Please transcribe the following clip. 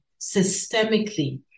systemically